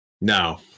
No